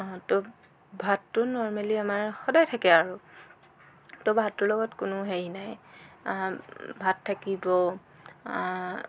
তো ভাতটো নৰ্মেলি আমাৰ সদায় থাকে আৰু তো ভাতৰ লগত কোনো হেৰি নাই ভাত থাকিব